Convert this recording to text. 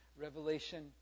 Revelation